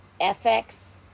FX